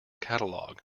catalogue